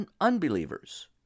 unbelievers